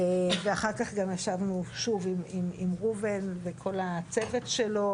ואחר כך ישבנו שוב עם ראובן וכל הצוות שלו,